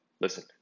Listen